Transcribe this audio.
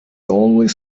always